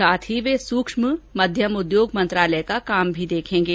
साथ ही वे सुक्ष्म और मध्यम उद्योग मंत्रालय का काम भी देखेंगे